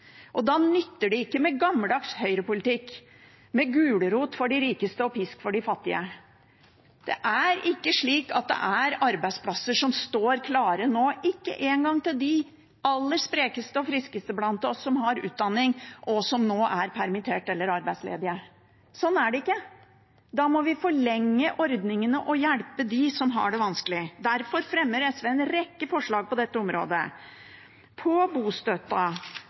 Da nytter det ikke med gammeldags høyrepolitikk, med gulrot for de rikeste og pisk for de fattige. Det er ikke slik at det er arbeidsplasser som står klare nå, ikke engang til de aller sprekeste og friskeste blant oss, som har utdanning, og som nå er permittert eller arbeidsledig. Sånn er det ikke. Da må vi forlenge ordningene og hjelpe dem som har det vanskelig. Derfor fremmer SV en rekke forslag på dette området: